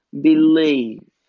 believe